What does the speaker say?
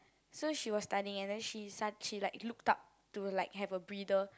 so she was studying and then she su~ she like looked up to have a breather